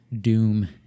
Doom